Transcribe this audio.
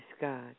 God